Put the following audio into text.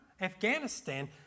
Afghanistan